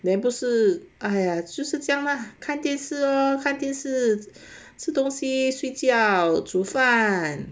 then 不是哎呀就是这样 lah 看电视咯看电视吃东西睡觉煮饭